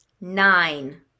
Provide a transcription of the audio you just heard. Nine